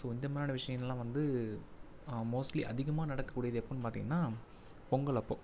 so இந்த மாதிரியான விஷயங்கள்லாம் வந்து மோஸ்ட்லி அதிகமாக நடக்கக்கூடியது எப்போதுனு பார்த்தீங்கனா பொங்கல் அப்போது